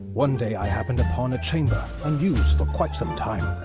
one day i happened upon a chamber, unused for quite some time.